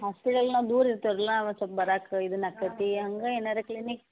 ಹಾಸ್ಪಿಟಲ್ನ ದೂರ ಇರ್ತವ್ರಲ್ಲಾ ಸೊಲ್ಪ ಬರಾಕ ಇದನ್ನ ಆಗ್ತೈತಿ ಹಂಗೆ ಏನಾರ ಕ್ಲಿನಿಕ್